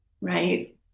right